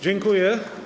Dziękuję.